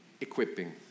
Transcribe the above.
Equipping